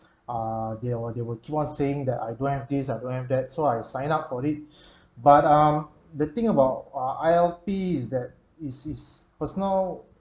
uh they will they will keep on saying that I don't have this I don't have that so I sign up for it but um the thing about uh I_L_P is that it's it's personal